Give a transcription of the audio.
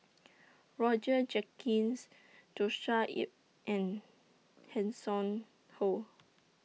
Roger Jenkins Joshua Ip and Hanson Ho